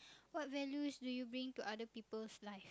what values do you bring to other people's life